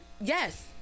yes